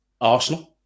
Arsenal